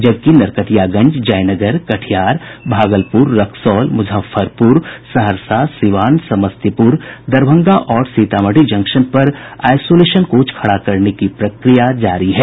जबकि नरकटियागंज जयनगर कटिहार भागलपुर रक्सौल मुजफ्फरपुर सहरसा सीवान समस्तीपुर दरभंगा और सीतामढ़ी जंक्शन पर आईसोलेशन कोच खड़ा करने की प्रक्रिया जारी है